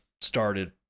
started